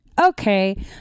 Okay